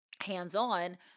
hands-on